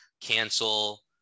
cancel